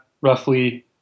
Roughly